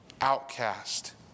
outcast